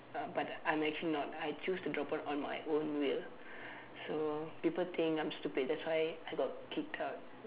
uh but I'm actually not I choose to drop out on my own will so people think I'm stupid that's why I got kicked out